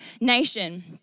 nation